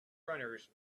runners